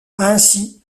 ainsi